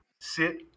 sit